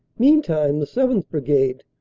meantime the seventh. brigade,